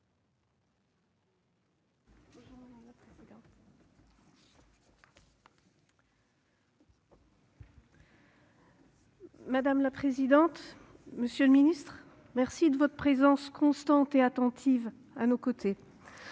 Madame la présidente, monsieur le ministre- merci de votre présence constante et attentive à nos côtés